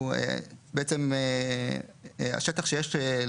והוא בעצם השטח שיש,